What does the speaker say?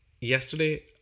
yesterday